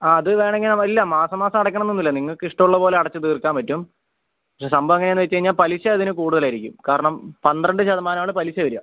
ആ അത് വേണമെങ്കിൽ ഇല്ല മാസാമാസം അടയ്ക്കണമെന്നൊന്നുമില്ല നിങ്ങൾക്കിഷ്ടമുള്ളത് പോലെ അടച്ച് തീർക്കാൻ പറ്റും പക്ഷേ സംഭവം എന്താണെന്ന് വെച്ചാൽ പലിശ അതിന് കൂടുതലായിരിക്കും കാരണം പന്ത്രണ്ട് ശതമാനമാണ് പലിശ വരിക